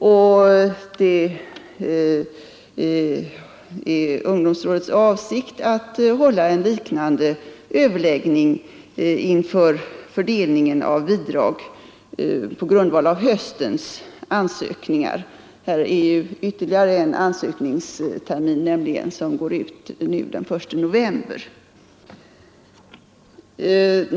Det är ungdomsrådets avsikt att hålla en liknande överläggning inför fördelningen av bidrag på grundval av höstens ansökningar. Man har nämligen ytterligare en ansökningstid, som går ut den I november.